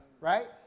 Right